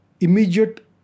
immediate